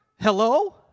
Hello